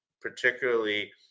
particularly